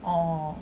orh